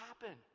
happen